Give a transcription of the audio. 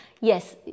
Yes